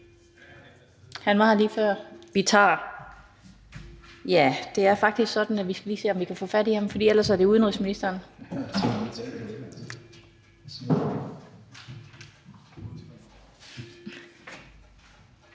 Han var her lige før. Det er faktisk sådan, at vi lige skal se, om vi kan få fat på ham, for ellers er det udenrigsministeren.